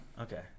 Okay